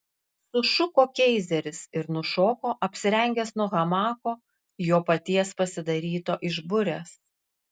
sušuko keizeris ir nušoko apsirengęs nuo hamako jo paties pasidaryto iš burės